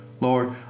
Lord